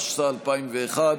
התשס"א 2001,